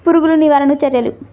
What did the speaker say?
పురుగులు నివారణకు చర్యలు?